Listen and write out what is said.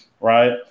right